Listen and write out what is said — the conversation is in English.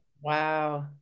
wow